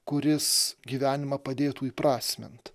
kuris gyvenimą padėtų įprasmint